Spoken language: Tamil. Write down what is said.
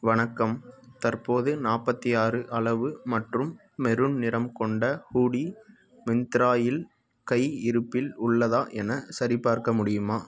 வணக்கம் தற்போது நாற்பத்தி ஆறு அளவு மற்றும் மெரூன் நிறம் கொண்ட ஹூடி மிந்திராவில் கை இருப்பில் உள்ளதா என சரிபார்க்க முடியுமா